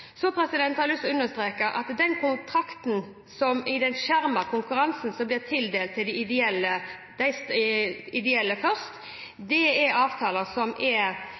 Så har jeg lyst til å understreke at de kontraktene som i den skjermede konkurransen ble tildelt de ideelle først, er avtaler som inneholder kjøps- og leveransegarantier eller som også er